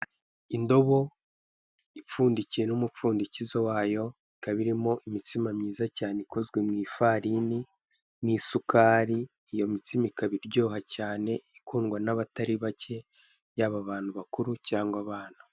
Indobo ipfundikiweho umupfundikizo wayo ikaba irimo imitsima myiza cyane ikozwe mu ifarini n'isukari iyo mitsima ikaba iryoha cyane ikundwa nabataribake yaba abantu bakuru cyangwa abana.